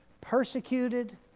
persecuted